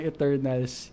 Eternals